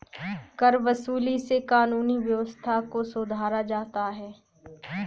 करवसूली से कानूनी व्यवस्था को सुधारा जाता है